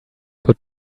good